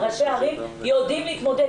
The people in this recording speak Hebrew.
ראשי העיריות יודעים להתמודד,